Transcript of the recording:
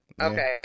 Okay